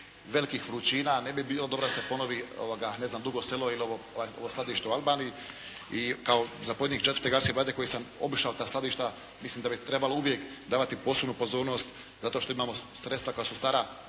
velikih vrućina. Ne bi bilo dobro da se ponovi ne znam Dugo Selo ili ovo skladište u Albaniji. I kao zapovjednik 4. gardijske brigade i koji sam obišao ta skladišta mislim da bi trebalo uvijek davati posebnu pozornost zato što imamo sredstva koja su stara